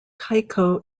tycho